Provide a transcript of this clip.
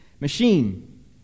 machine